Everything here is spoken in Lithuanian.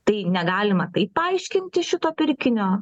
tai negalima taip paaiškinti šito pirkinio